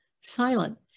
silent